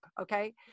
okay